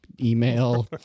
email